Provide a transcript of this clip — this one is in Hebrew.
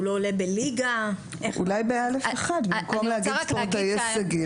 הוא לא עולה בליגה --- אולי ב(א1) במקום להגיד ספורטאי הישגי,